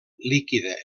líquida